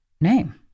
name